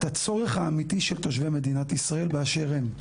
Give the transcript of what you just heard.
הצורך האמיתי של תושבי מדינת ישראל באשר הם.